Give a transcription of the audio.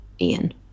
Ian